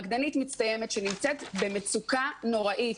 רקדנית מצטיינת שנמצאת במצוקה נוראית,